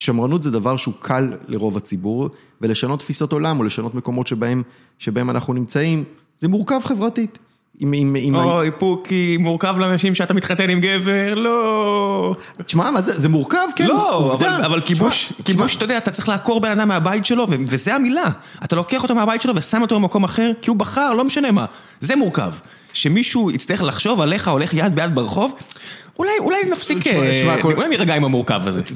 שמרנות זה דבר שהוא קל לרוב הציבור, ולשנות תפיסות עולם או לשנות מקומות שבהם אנחנו נמצאים, זה מורכב חברתית. אוי, פוקי, מורכב לאנשים שאתה מתחתן עם גבר? לא. תשמע, זה מורכב, כן, עובדה. אבל כיבוש, אתה יודע, אתה צריך לעקור בן אדם מהבית שלו, וזו המילה. אתה לוקח אותו מהבית שלו ושם אותו במקום אחר, כי הוא בחר, לא משנה מה. זה מורכב. שמישהו יצטרך לחשוב עליך, הולך יד ביד ברחוב, אולי נפסיק... תשמע, תשמע. אולי נירגע עם המורכב הזה.